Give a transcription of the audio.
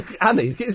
Annie